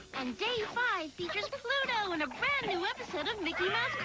and day five features pluto and a brand new episode of mickey mouse